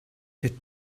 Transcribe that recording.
der